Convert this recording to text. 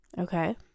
Okay